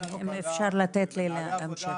אם אפשר לתת לי להמשיך.